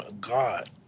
God